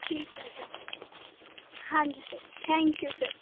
ਠੀਕ ਹੈ ਸਰ ਹਾਂਜੀ ਸਰ ਥੈਂਕ ਯੂ ਸਰ